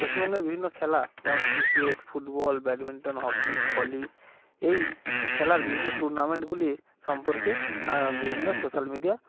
পশ্চিমবঙ্গের বিভিন্ন খেলা যেমন cricket football badminton hockey volley এই খেলার বিভিন্ন টুর্নামেন্টগুলির সম্পর্কে বিভিন্ন সোশ্যাল মিডিয়া